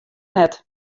net